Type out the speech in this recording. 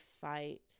fight